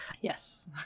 Yes